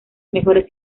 mejores